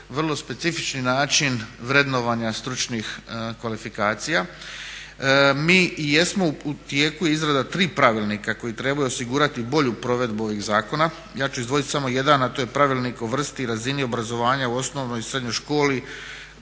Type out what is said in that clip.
vrlo specifični način vrednovanja stručnih kvalifikacija. Mi i jesmo u tijeku tri pravilnika koji trebaju osigurati bolju provedbu ovih zakona. Ja ću izdvojiti samo jedan a to je pravilnik o vrsti i razini obrazovanja u osnovnoj i srednjoj školi